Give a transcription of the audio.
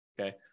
okay